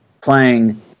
playing